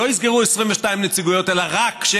שלא יסגרו 22 נציגויות אלא "רק",